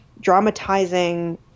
dramatizing